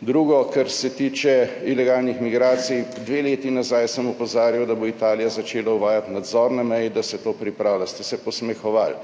Drugo, kar se tiče ilegalnih migracij, dve leti nazaj sem opozarjal, da bo Italija začela uvajati nadzor na meji, da se to pripravlja. Ste se posmehovali.